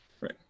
right